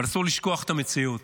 אבל אסור לשכוח את המציאות.